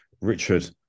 Richard